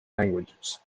languages